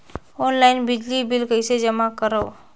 Online बिजली bill कइसे जमा करव?